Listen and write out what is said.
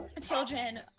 children